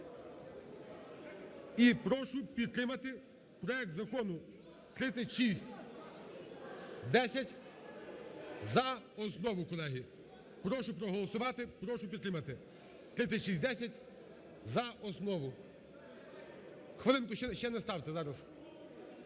і прошу підтримати проект закону 3610 за основу, колеги. Прошу проголосувати, прошу підтримати 3610 за основу. Хвилинку, ще не ставте, зараз.